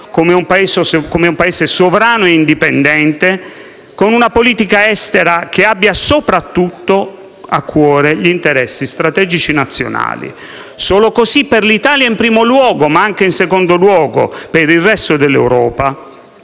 come un Paese libero, sovrano e indipendente, con una politica estera che abbia soprattutto a cuore gli interessi strategici nazionali. Solo così, per l'Italia in primo luogo, ma anche, in secondo luogo, per il resto dell'Europa,